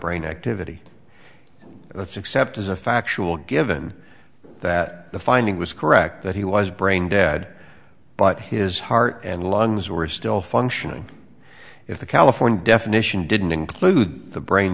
brain activity let's accept as a factual given that the finding was correct that he was brain dead but his heart and lungs were still functioning if the california definition didn't include the brain